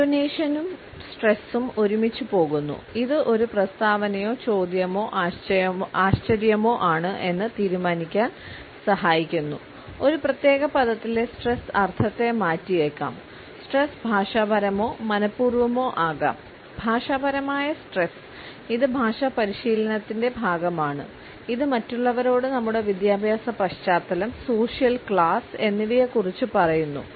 ഇൻടോനേഷനും ഇത് ഭാഷാ പരിശീലനത്തിന്റെ ഭാഗമാണ് ഇത് മറ്റുള്ളവരോട് നമ്മുടെ വിദ്യാഭ്യാസ പശ്ചാത്തലം സോഷ്യൽ ക്ലാസ് എന്നിവയെക്കുറിച്ച് പറയുന്നു